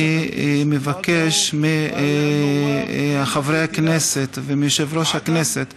אני מבקש מחברי הכנסת ומיושב-ראש הכנסת